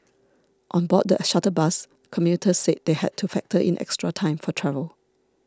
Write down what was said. on board the shuttle bus commuters said they had to factor in extra time for travel